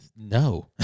No